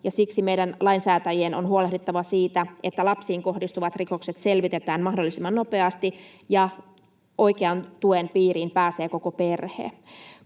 siksi meidän lainsäätäjien on huolehdittava siitä, että lapsiin kohdistuvat rikokset selvitetään mahdollisimman nopeasti ja oikean tuen piiriin pääsee koko perhe.